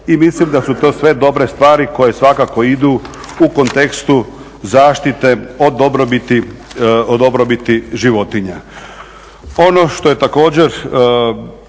i mislim da su to sve dobre stvari koje svakako idu u kontekstu zaštita o dobrobiti životinja. Ono što je također